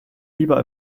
lieber